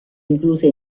incluse